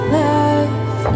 love